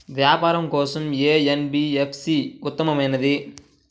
వ్యాపారం కోసం ఏ ఎన్.బీ.ఎఫ్.సి ఉత్తమమైనది?